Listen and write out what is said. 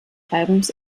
albums